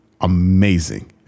amazing